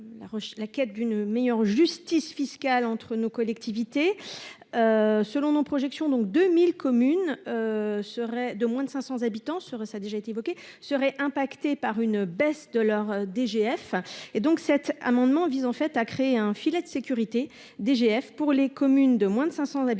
la quête d'une meilleure justice fiscale entre nos collectivités selon nos projections, donc 2000 communes seraient de moins de 500 habitants serait ça déjà été évoquée serait impacté par une baisse de leur DGF et donc cet amendement vise en fait à créer un filet de sécurité DGF pour les communes de moins de 500 habitants